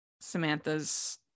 samantha's